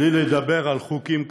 בלי לדבר על חוקים מוזרים.